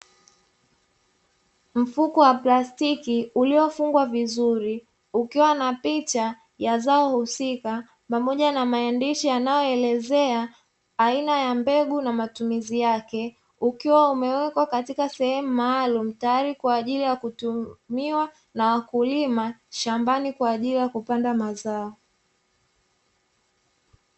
Mfuko wa plastiki uliofungwa vizuri ukiwa na picha ya zao husika pamoja na maandishi, yanayoelezea aina ya mbegu na matumizi yake ukiwa umewekwa katika sehemu maalumu tayari kwa ajili ya kutumiwa na wakulima shambani kwa ajili ya kupanda mazao.